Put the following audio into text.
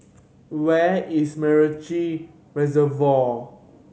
where is MacRitchie Reservoir